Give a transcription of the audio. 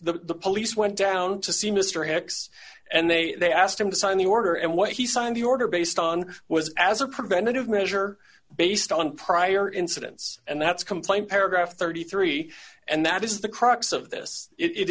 the police went down to see mr hicks and they asked him to sign the order and what he signed the order based on was as a preventative measure based on prior incidents and that's complained paragraph thirty three and that is the crux of this it i